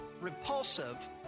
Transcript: repulsive